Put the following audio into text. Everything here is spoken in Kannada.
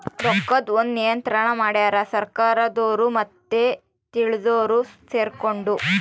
ರೊಕ್ಕದ್ ಒಂದ್ ನಿಯಂತ್ರಣ ಮಡ್ಯಾರ್ ಸರ್ಕಾರದೊರು ಮತ್ತೆ ತಿಳ್ದೊರು ಸೆರ್ಕೊಂಡು